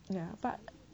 ya but